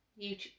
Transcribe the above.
youtube